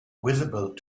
visible